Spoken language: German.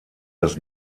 des